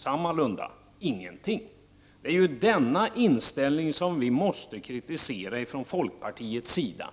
Sammalunda, ingenting. Det är denna inställning som vi måste kritisera från folkpartiets sida.